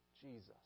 Jesus